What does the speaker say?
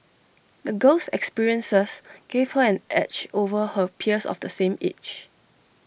the girl's experiences gave her an edge over her peers of the same age